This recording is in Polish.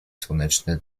słoneczne